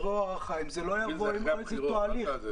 אם נגיע לוועדה להאריך את זה שוב,